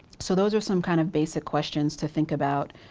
so those are some kind of basic questions to think about.